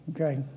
Okay